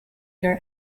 their